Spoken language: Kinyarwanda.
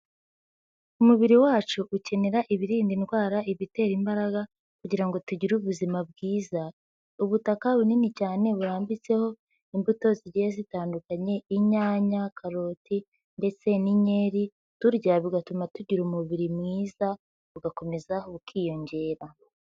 Umubiri wacu ukenera ibirinda indwara, ibitera imbaraga kugira ngo tugire ubuzima bwiza, ubutaka bunini cyane burambitseho imbuto zigiye zitandukanye, inyanya, karoti ndetse n'inkeri, turya bigatuma tugira umubiri mwiza, bugakomeza bukiyongera.